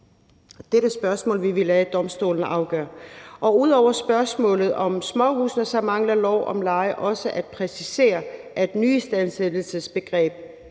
Dette spørgsmål vil vi lade domstolene afgøre. Ud over spørgsmålet om småhusene mangler lov om leje også at præcisere, at nyistandsættelsesbegrebet